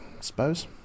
suppose